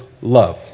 love